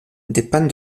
dépend